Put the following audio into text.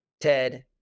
Ted